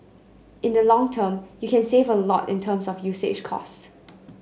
in the long term you can save a lot in terms of usage cost